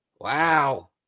Wow